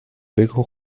begå